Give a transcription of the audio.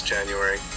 January